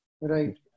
Right